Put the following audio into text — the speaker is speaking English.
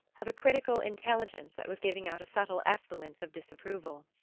of a critical intelligence that was giving out a subtle effluence of disapproval.